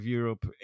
Europe